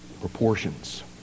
proportions